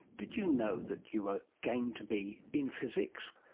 did you know that you were going to be in physics?